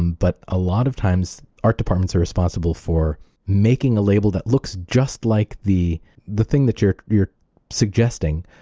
but a lot of times art departments are responsible for making a label that looks just like the the thing that you're you're suggesting,